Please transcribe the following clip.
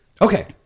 Okay